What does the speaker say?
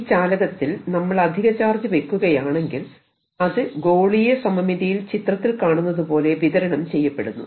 ഈ ചാലകത്തിൽ നമ്മൾ അധികചാർജ് വെക്കുകയാണെങ്കിൽ അത് ഗോളീയ സമമിതിയിൽ ചിത്രത്തിൽ കാണുന്നതുപോലെ വിതരണം ചെയ്യപ്പെടുന്നു